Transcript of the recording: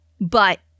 But-